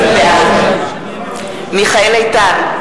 בעד מיכאל איתן,